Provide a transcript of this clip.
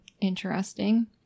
interesting